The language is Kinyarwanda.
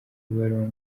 ibaruwa